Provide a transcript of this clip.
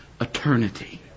eternity